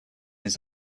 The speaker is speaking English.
his